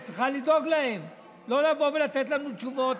צריכה לדאוג להם ולא לבוא ולתת לנו תשובות,